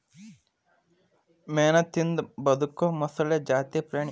ಮೇನಾ ತಿಂದ ಬದಕು ಮೊಸಳಿ ಜಾತಿ ಪ್ರಾಣಿ